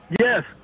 Yes